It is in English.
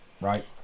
right